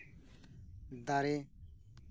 ᱫᱟᱨᱮᱹ